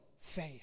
faith